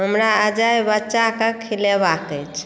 हमरा अजय बच्चाक खिलेबाक अछि